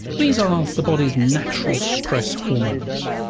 these are the body's natural stress hormones,